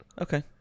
Okay